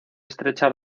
estrecha